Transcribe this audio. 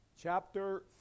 chapter